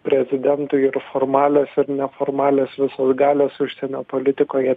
prezidentui ir formalios ir neformalios visos galios užsienio politikoje